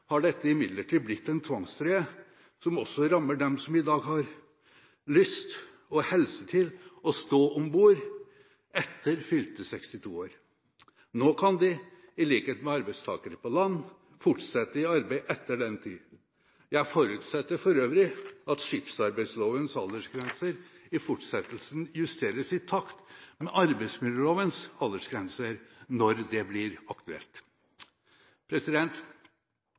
har dette imidlertid blitt en tvangstrøye som også rammer dem som i dag har både lyst og helse til å stå om bord etter fylte 62 år. Nå kan de i likhet med arbeidstakere på land fortsette i arbeid etter den tid. Jeg forutsetter for øvrig at skipsarbeidslovens aldersgrenser i fortsettelsen justeres i takt med arbeidsmiljølovens aldersgrenser, når det blir aktuelt.